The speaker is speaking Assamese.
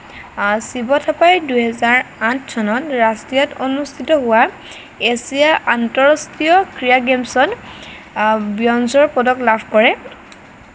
শিৱ থাপাই দুহেজাৰ আঠ চনত ৰাছিয়াত অনুস্থিত হোৱা এছিয়া আন্তঃৰাষ্ট্ৰীয় ক্ৰীড়া গেমছত ব্ৰঞ্জৰ পদক লাভ কৰে